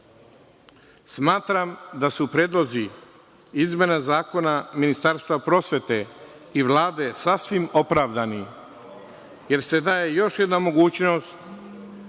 zakonom. Smatram da su predlozi izmena zakona Ministarstva prosvete i Vlade sasvim opravdani, jer se daje još jedna mogućnost